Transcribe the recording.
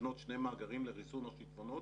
לבנות שני מאגרים לריסון השיטפונות.